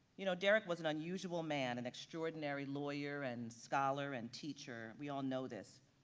you know, derrick was an unusual man and extraordinary lawyer and scholar and teacher, we all know this.